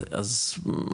אז.